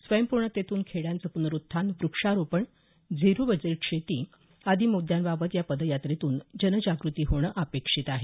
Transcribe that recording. स्वयंपूर्णतेतून खेड्यांचं पुनरुत्थान व्रक्षारोपण झीरो बजेट शेती आदी म्द्यांबाबत या पदयात्रेतून जनजागृती होणं अपेक्षित आहे